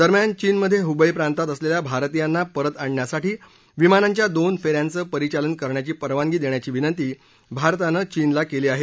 दरम्यान चीनमध्ये हुबैई प्रांतात असलेल्या भारतीयांना परत आणण्यासाठी विमानांच्या दोन फेऱ्याचं परिचालन करण्याची परवानगी देण्याची विनंती भारतानं चीनला केली आहे